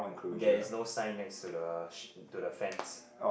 there is no sign next to the sh~ to the fence